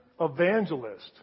evangelist